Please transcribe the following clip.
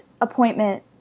appointment